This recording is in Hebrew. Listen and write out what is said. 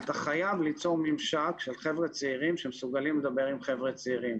אתה חייב ליצור ממשק של חבר'ה צעירים שמסוגלים לדבר עם חבר'ה צעירים.